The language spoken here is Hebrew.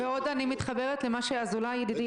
אני רוצה להתחבר לשאלה של ינון.